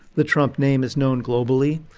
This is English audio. the trump name is known globally.